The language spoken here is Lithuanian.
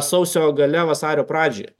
sausio gale vasario pradžioje